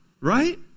right